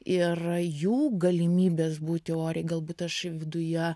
ir jų galimybes būti oriai galbūt aš viduje